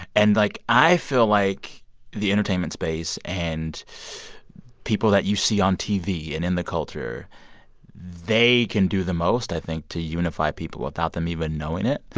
and, like, i feel like the entertainment space and people that you see on tv and in the culture they can do the most, i think, to unify people without them even knowing it.